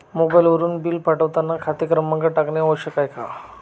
मोबाईलवरून बिल पाठवताना खाते क्रमांक टाकणे आवश्यक आहे का?